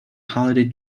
holiday